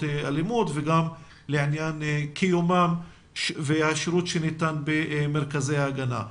אלימות וגם לעניין קיומם והשירות שניתן במרכזי ההגנה.